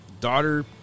Daughter